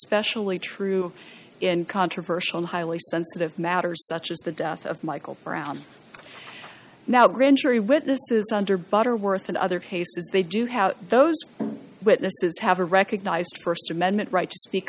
especially true in controversial highly sensitive matters such as the death of michael brown now grand jury witnesses under butterworth and other cases they do have those witnesses have a recognized st amendment right to speak